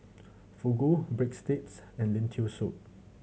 Fugu Breadsticks and Lentil Soup